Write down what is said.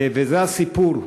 וזה הסיפור: